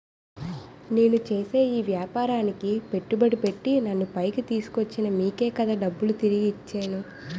నేను చేసే ఈ వ్యాపారానికి పెట్టుబడి పెట్టి నన్ను పైకి తీసుకొచ్చిన మీకే కదా డబ్బులు తిరిగి ఇచ్చేను